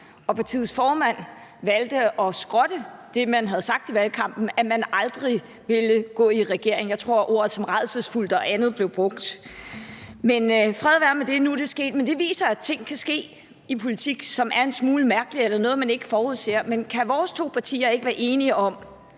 og partiets formand valgte at skrotte det, man havde sagt i valgkampen, om, at man aldrig ville gå ind i en sådan regering. Jeg tror, at ord som »rædselsfuldt« og andet blev brugt. Men fred være med det, nu er det sket, men det viser, at der kan ske ting i politik, som er en smule mærkelige, eller noget, som man ikke forudser. Men kan vores to partier – om end vi